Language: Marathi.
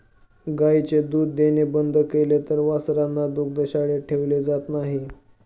गायीने दूध देणे बंद केले तर वासरांना दुग्धशाळेत ठेवले जात नाही